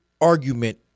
argument